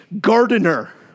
gardener